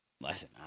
listen